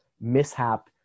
mishap